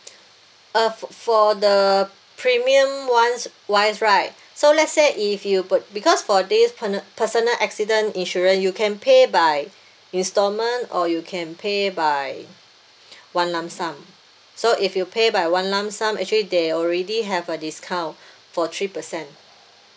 uh for for the premium [one] wise right so let's say if you put because for this perna~ personal accident insurance you can pay by installment or you can pay by one lump sum so if you pay by one lump sum actually they already have a discount for three per cent